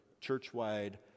church-wide